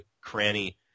Cranny